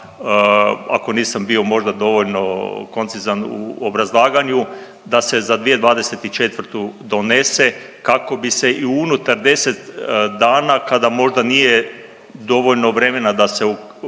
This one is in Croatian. ako nisam bio možda dovoljno koncizan u obrazlaganju da se za 2024. donese kako bi se i unutar 10 dana kada možda nije dovoljno vremena da se